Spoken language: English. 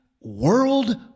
world